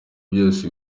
byose